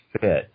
fit